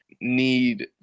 need